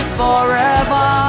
forever